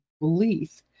belief